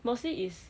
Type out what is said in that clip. mostly is